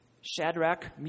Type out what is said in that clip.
Shadrach